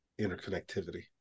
interconnectivity